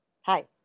Hi